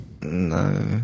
No